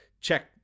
check